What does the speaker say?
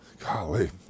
Golly